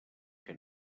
que